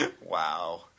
wow